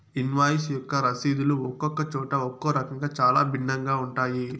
invoice యొక్క రసీదులు ఒక్కొక్క చోట ఒక్కో రకంగా చాలా భిన్నంగా ఉంటాయి